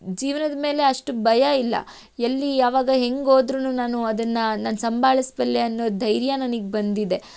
ಜೀವನದ ಮೇಲೆ ಅಷ್ಟು ಭಯ ಇಲ್ಲ ಎಲ್ಲಿ ಯಾವಾಗ ಹೇಗೋದ್ರು ನಾನು ಅದನ್ನು ನಾನು ಸಂಭಾಳಿಸಬಲ್ಲೆ ಅನ್ನೋ ಧೈರ್ಯ ನನಿಗೆ ಬಂದಿದೆ